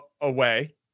Away